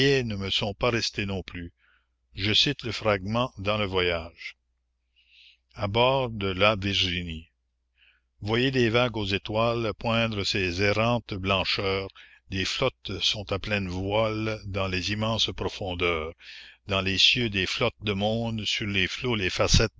ne me sont pas restés non plus je cite le fragment dans le voyage a bord de la virginie voyez des vagues aux étoiles poindre ces errantes blancheurs des flottes sont à pleines voiles dans les immenses profondeurs dans les cieux des flottes de mondes sur les flots les facettes